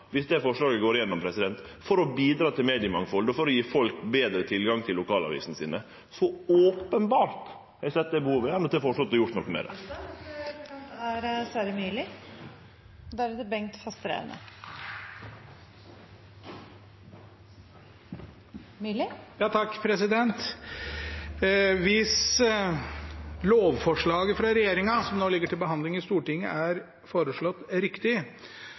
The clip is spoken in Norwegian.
forslaget går igjennom – for å bidra til mediemangfald og for å gje folk betre tilgang til lokalavisene sine. For openbert har … Taletiden er ute. Hvis lovforslaget fra regjeringen, som nå ligger til behandling i Stortinget, er